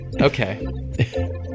Okay